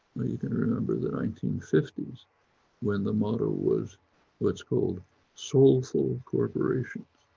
you can remember the nineteen fifty s when the model was what's called soulful corporation.